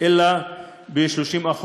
אלא ב-30%.